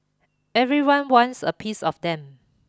everyone wants a piece of them